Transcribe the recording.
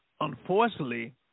unfortunately